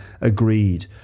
agreed